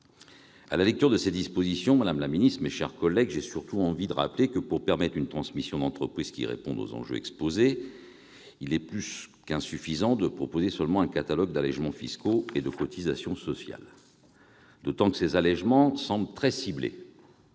À la lecture de ces dispositions, madame la secrétaire d'État, mes chers collègues, j'ai surtout envie de rappeler que, pour permettre une transmission d'entreprise qui réponde aux enjeux exposés, il est plus qu'insuffisant de proposer un catalogue d'allégements fiscaux et d'exonérations de cotisations sociales. D'autant que ces allégements semblent très ciblés.